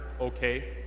okay